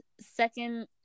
second